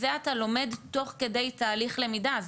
זה אתה לומד תוך כדי תהליך למידה,